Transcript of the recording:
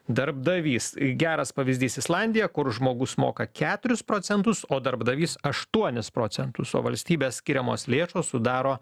darbdavys geras pavyzdys islandija kur žmogus moka keturis procentus o darbdavys aštuonis procentus o valstybės skiriamos lėšos sudaro